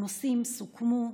הנושאים סוכמו,